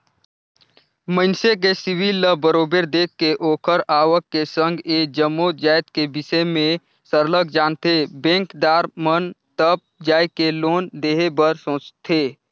मइनसे के सिविल ल बरोबर देख के ओखर आवक के संघ ए जम्मो जाएत के बिसे में सरलग जानथें बेंकदार मन तब जाएके लोन देहे बर सोंचथे